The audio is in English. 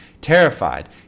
Terrified